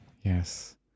Yes